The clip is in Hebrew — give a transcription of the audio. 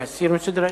להסיר מסדר-היום?